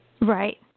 Right